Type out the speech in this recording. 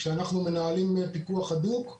כשאנחנו מנהלים פיקוח הדוק,